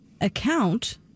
account